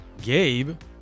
Gabe